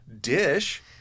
dish